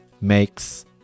makes